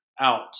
out